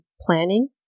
planning